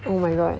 oh my god